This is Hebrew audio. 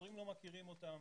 השוטרים לא מכירים אותם,